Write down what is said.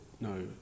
no